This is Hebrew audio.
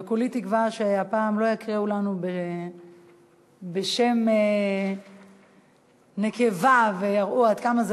וכולי תקווה שהפעם לא יקריאו לנו בלשון נקבה ויראו עד כמה זה